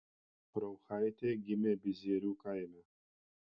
rauchaitė gimė bizierių kaime